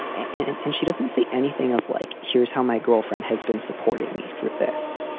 and and she doesn't see anything of like, here's how my girlfriend has been supporting me through this.